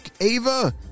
Ava